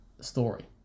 story